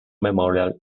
memorial